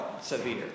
severe